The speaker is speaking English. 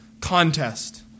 contest